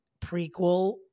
prequel